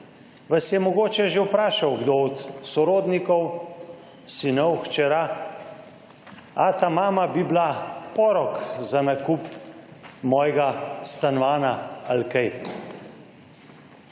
Vas je mogoče že vprašal kdo od sorodnikov, sinov, hčera, češ, ata, mama, ali bi bila porok za nakup mojega stanovanja.